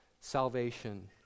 salvation